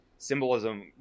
symbolism